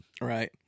Right